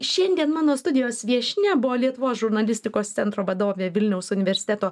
šiandien mano studijos viešnia buvo lietuvos žurnalistikos centro vadovė vilniaus universiteto